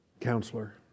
counselor